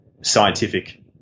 scientific